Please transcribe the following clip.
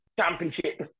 championship